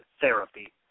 therapy